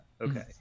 okay